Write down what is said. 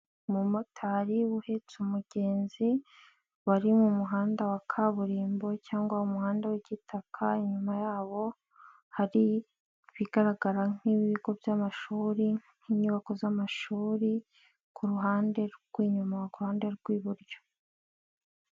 Umumotari uhetse umugenzi bari mu muhanda wa kaburimbo cyangwa umuhanda w'igitaka, inyuma yabo hari ibigaragara nk'ibigo by'amashuri, nk'inyubako z'amashuri ku ruhande rw'inyuma ku ruhande rw'iburyo.